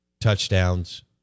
touchdowns